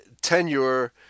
tenure